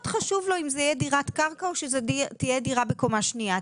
חשוב אם זה יהיה דירת קרקע או דירה בקומה שנייה.